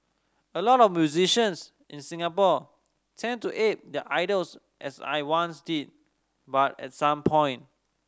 a lot of musicians in Singapore tend to ape their idols as I once did but at some point